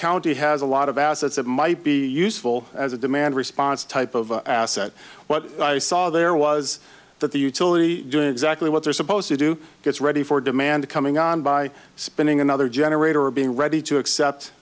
county has a lot of assets that might be useful as a demand response type of asset what i saw there was that the utility doing exactly what they're supposed to do gets ready for demand coming on by spinning another generator or being ready to accept